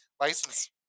license